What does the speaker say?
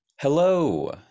Hello